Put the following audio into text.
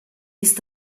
ist